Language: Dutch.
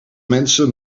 mensen